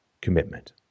commitment